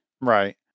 Right